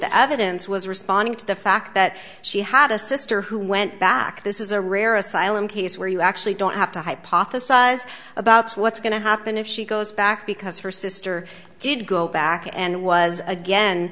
the evidence is responding to the fact that she had a sister who went back this is a rare asylum case where you actually don't have to hypothesize about what's going to happen if she goes back because her sister did go back and was again